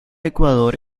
ecuador